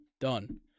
Done